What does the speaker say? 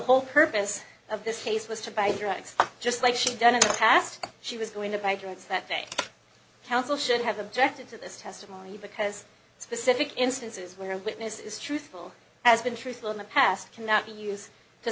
whole purpose of this case was to buy drugs just like she's done in the past she was going to buy drugs that day counsel should have objected to this testimony because specific instances where a witness is truthful has been truthful in the past cannot be used to